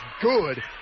good